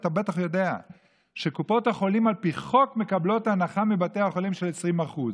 אתה בטח יודע שקופות החולים מקבלות הנחה של 20% מבתי החולים על פי חוק.